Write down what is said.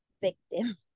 victim